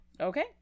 Okay